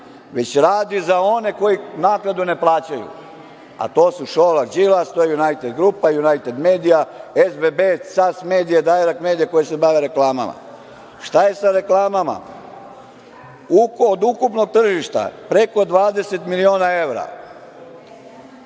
već radi za one koji naknadu ne plaćaju, a to su Šolak, Đilas, to je „Junajted grupa“, „Junajted medija“, SBB, „Cas medija“, „Dajrekt medija“, koji se bave reklamama. Šta je sa reklamama? Od ukupnog tržišta, preko 20 miliona evra